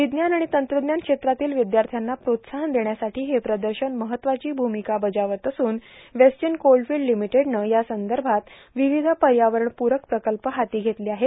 विज्ञान आणि तंत्रज्ञान क्षेत्रातील विद्यार्थ्यांना प्रोत्साहन देण्यासाठी हे प्रदर्शन महत्वाची भूमिका बजावत असून वेस्टर्न कोलफिल लिमिटेडनं या संदर्भात विविध पर्यावरणपूरक प्रकल्प हाती घेतले आहेत